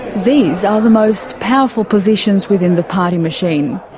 these are the most powerful positions within the party machine.